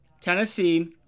Tennessee